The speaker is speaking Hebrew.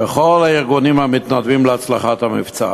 וכל הארגונים המתנדבים להצלחת המבצע.